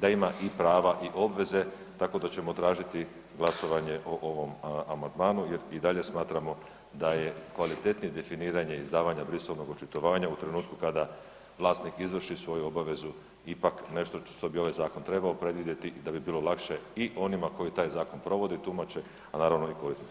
da ima i prava i obveze, tako da ćemo tražiti glasovanje o ovom amandmanu jer i dalje smatramo da je kvalitetnije definiranje izdavanja brisovnog očitovanja u trenutku kada vlasnik izvrši svoju obavezu ipak nešto što bi ovaj zakon trebao predvidjeti da bi bilo lakše i onima koji taj zakon provode i tumače, a naravno i korisnicima.